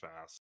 fast